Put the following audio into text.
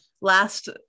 last